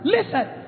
Listen